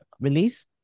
release